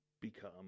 become